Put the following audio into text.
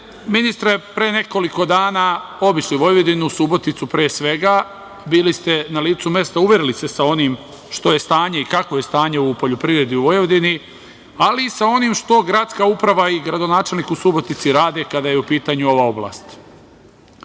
ministre, pre nekoliko dana obišli Vojvodinu, Suboticu pre svega. Bili ste na licu mesta uverili se sa onim što je stanje i kakvo je stanje u poljoprivredi u Vojvodini, ali i sa onim što gradska uprava i gradonačelnik u Subotici rade kada je u pitanju ova oblast. Jasno